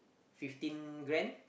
fifteen grand